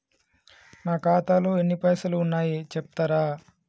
నా ఖాతాలో ఎన్ని పైసలు ఉన్నాయి చెప్తరా?